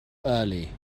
early